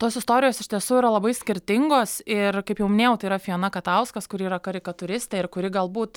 tos istorijos iš tiesų yra labai skirtingos ir kaip jau minėjau tai yra fijona katauskas kuri yra karikatūristė ir kuri galbūt